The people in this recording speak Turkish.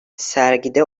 sergide